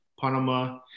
Panama